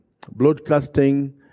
Broadcasting